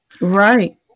Right